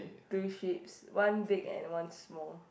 two sheep's one big and one small